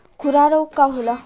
खुरहा रोग का होला?